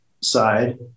side